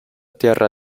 tierra